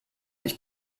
ich